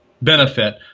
Benefit